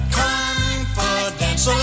confidence